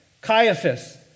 Caiaphas